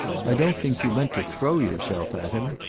i don't think you meant to throw yourself at him.